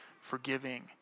forgiving